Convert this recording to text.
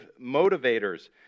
motivators